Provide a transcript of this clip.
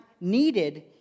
needed